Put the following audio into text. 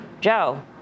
Joe